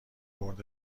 برد